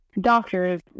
doctors